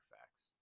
facts